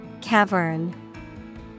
Cavern